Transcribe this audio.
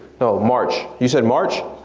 no march, you said march?